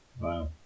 Wow